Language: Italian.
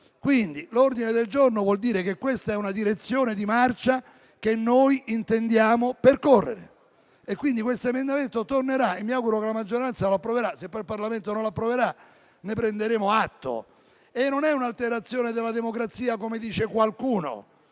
Quindi, l'ordine del giorno vuol dire che questa è una direzione di marcia che noi intendiamo percorrere e questo emendamento tornerà e mi auguro che la maggioranza lo approverà. Se poi il Parlamento non l'approverà, ne prenderemo atto. E non è un'alterazione della democrazia, come dice qualcuno,